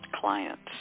clients